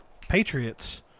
Patriots